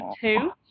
two